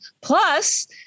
plus